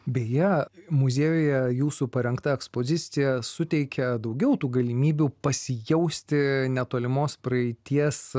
beje muziejuje jūsų parengta ekspozicija suteikia daugiau tų galimybių pasijausti netolimos praeities